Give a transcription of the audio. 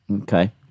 Okay